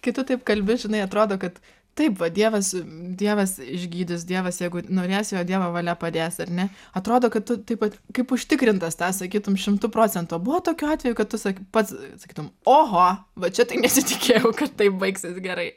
kai tu taip kalbi žinai atrodo kad taip va dievas dievas išgydys dievas jeigu norės jo dievo valia padės ar ne atrodo kad tu taip pat kaip užtikrintas tą sakytum šimtu procentų o buvo tokių atvejų kad tu sa pats sakytum oho va čia tai nesitikėjau kad tai baigsis gerai